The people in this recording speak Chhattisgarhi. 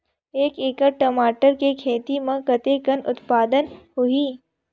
एक एकड़ टमाटर के खेती म कतेकन उत्पादन होही?